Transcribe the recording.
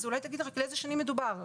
אז אולי תגיד על אילו שנים מדובר?